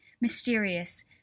mysterious